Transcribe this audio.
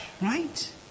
Right